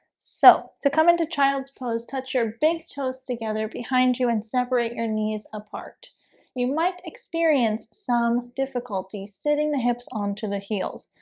so to come into child's pose touch your big toes together behind you and separate your knees apart you might experience some difficulty sitting the hips on to the heels.